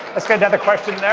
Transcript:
let's get another question there.